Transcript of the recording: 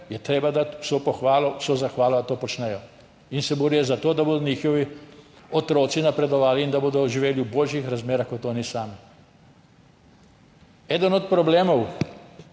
je treba dati vso pohvalo, vso zahvalo, da to počnejo in se borijo za to, da bodo njihovi otroci napredovali in da bodo živeli v boljših razmerah kot oni sami. Eden od problemov,